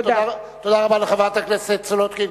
תודה רבה לחברת הכנסת סולודקין.